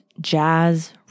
jazz